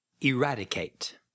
Eradicate